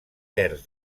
terç